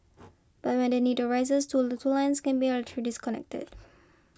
but when the need arises two of two lines can be disconnected